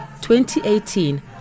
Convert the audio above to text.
2018